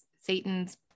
Satan's